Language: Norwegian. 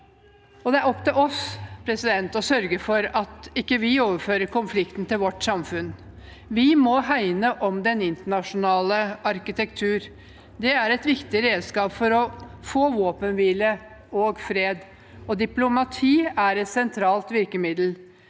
Det er opp til oss å sørge for at vi ikke overfører konflikten til vårt samfunn. Vi må hegne om den internasjonale arkitektur. Det er et viktig redskap for å få våpenhvile og fred. Diplomati er et sentralt virkemiddel.